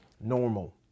normal